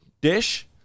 dish